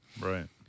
Right